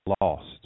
lost